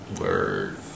Word